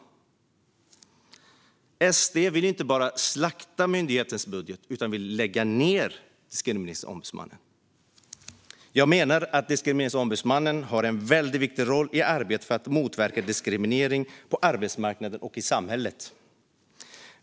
Sverigedemokraterna vill inte bara slakta myndighetens budget utan vill också lägga ned Diskrimineringsombudsmannen. Jag menar att Diskrimineringsombudsmannen har en väldigt viktig roll i arbetet för att motverka diskriminering på arbetsmarknaden och i samhället.